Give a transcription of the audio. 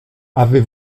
avez